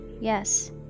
yes